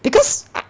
because I